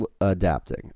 adapting